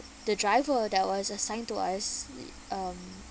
the driver that was assigned to us it um